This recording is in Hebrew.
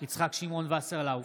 יצחק שמעון וסרלאוף,